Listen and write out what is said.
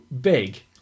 big